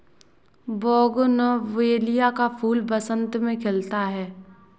bougainvillea का फूल बसंत में खिलता है